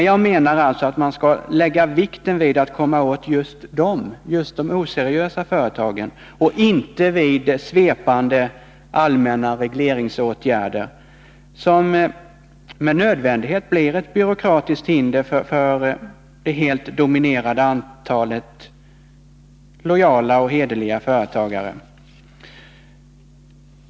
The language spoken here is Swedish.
Jag menar emellertid att man skall lägga vikten vid åtgärder som leder till att man kommer åt just de oseriösa företagen och inte vid svepande allmänna regleringsåtgärder, som med nödvändighet blir ett byråkratiskt hinder för det helt dominerande antalet lojala och hederliga företagare.